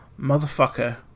motherfucker